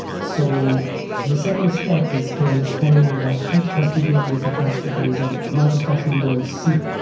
so the second step is to understand that that heat has to do with the fact that there is a microstructure we don't see.